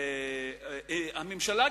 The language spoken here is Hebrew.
הממשלה,